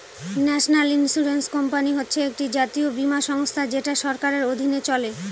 national insurance company হচ্ছে একটি জাতীয় বীমা সংস্থা যেটা সরকারের অধীনে চলে